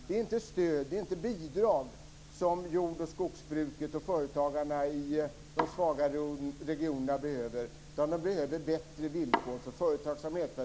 Det är inte stöd och bidrag som jord och skogsbruket och företagarna i de svaga regionerna behöver, utan de behöver bättre villkor för företagsamhet, Per